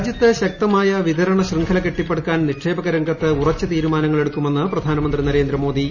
രാജ്യത്ത് ശക്തമായ വിതരണ ശൃംഖല കെട്ടിപ്പടുക്കാൻ നിക്ഷേപക രംഗത്ത് ഉറച്ച തീരുമാനങ്ങൾ എടുക്കുമെന്ന് പ്രധാനമന്ത്രി നരേന്ദ്രമോദി